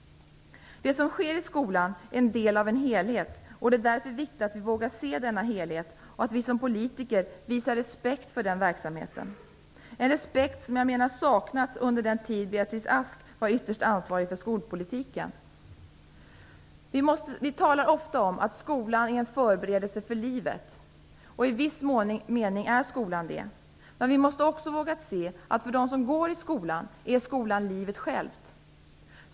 Det som sker i skolan är en del av en helhet. Det är viktigt att vi vågar se denna helhet och att vi som politiker visar respekt för den verksamheten. Jag menar att den respekten har saknats under den tid som Beatrice Ask var ytterst ansvarig för skolpolitiken. Vi talar ofta om att skolan är en förberedelse för livet. I viss mening är skolan det. Vi måste också våga se att skolan är livet självt för dem som går i skolan.